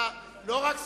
לא רק זכותך,